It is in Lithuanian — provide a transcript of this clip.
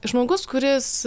žmogus kuris